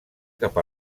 cap